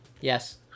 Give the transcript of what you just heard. Yes